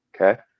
okay